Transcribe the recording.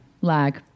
lag